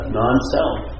non-self